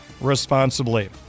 responsibly